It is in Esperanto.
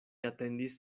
atendis